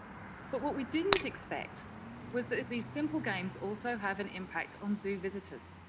but what we didn't expect was that these simple games also have an impact on zoo visitors.